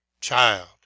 CHILD